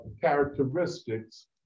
characteristics